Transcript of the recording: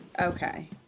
Okay